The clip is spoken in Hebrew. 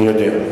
אני יודע.